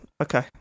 Okay